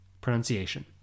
pronunciation